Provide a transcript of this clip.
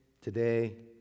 today